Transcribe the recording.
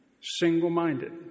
single-minded